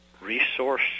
Resource